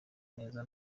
neza